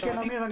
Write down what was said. אני